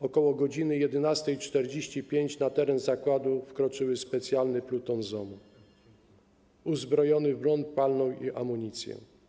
Ok. godz. 11.45 na teren zakładu wkroczył specjalny pluton ZOMO uzbrojony w broń palną i amunicję.